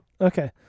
Okay